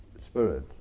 spirit